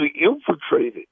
infiltrated